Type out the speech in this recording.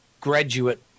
graduate